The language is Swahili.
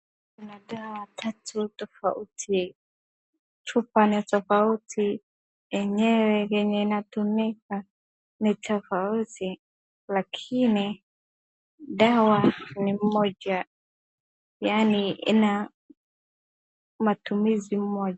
Kuna dawa tatu tofauti, chupa ni tofauti, enyewe yenye inatumika ni tofauti, lakini dawa ni moja yaani ina matumizi moja.